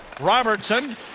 Robertson